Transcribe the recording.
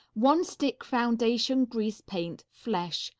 one stick foundation grease paint, flesh.